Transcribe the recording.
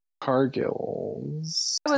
Cargill's